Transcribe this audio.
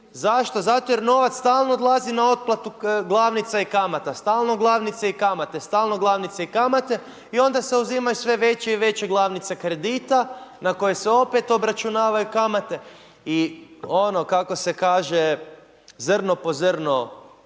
Zašto? Zato jer novac stalno odlazi na otplatu glavnica i kamata. Stalno glavnice i kamate i onda se uzimaju sve veće i veće glavnice kredita na koje se opet obračunavaju kamate i ono, kako se kaže, zrno po zrno